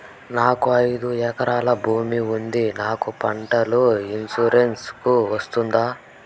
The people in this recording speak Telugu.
నాకు ఐదు ఎకరాల భూమి ఉంది నాకు పంటల ఇన్సూరెన్సుకు వస్తుందా?